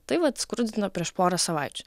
tai vat skrudino prieš porą savaičių